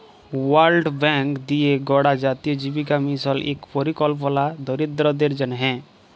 world bank দিঁয়ে গড়া জাতীয় জীবিকা মিশল ইক পরিকল্পলা দরিদ্দরদের জ্যনহে